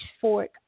Fork